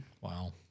Wow